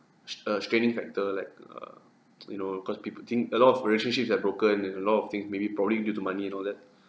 str~ uh straining factor like err you know cause people think a lot of relationships have broken and a lot of things maybe probably due to money and all that